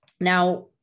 Now